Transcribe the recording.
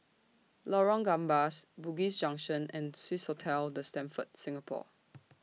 Lorong Gambas Bugis Junction and Swissotel The Stamford Singapore